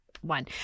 one